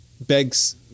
begs